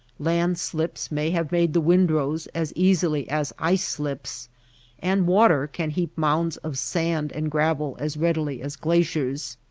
land slips may have made the windrows as easily as ice slips and water can heap mounds of sand and gravel as readily as glaciers.